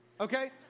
okay